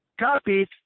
copied